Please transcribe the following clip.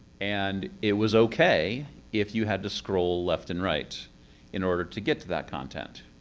and it was okay if you had to scroll left and right in order to get to that content.